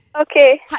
Okay